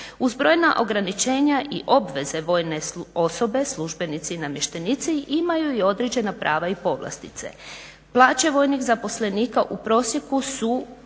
uz brojna ograničenja i obveze vojne osobe, službenici i namještenici imaju i određena prava i povlastice. Plaće vojnih zaposlenika u prosjeku su